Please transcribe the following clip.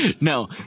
No